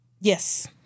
Yes